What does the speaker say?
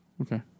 Okay